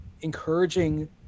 encouraging